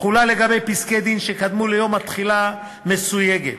התחולה לגבי פסקי-דין שקדמו ליום התחילה מסויגת